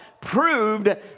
proved